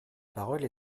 parole